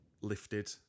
lifted